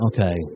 Okay